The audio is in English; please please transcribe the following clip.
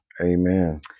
Amen